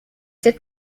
did